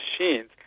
machines